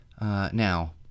Now